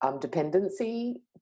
dependency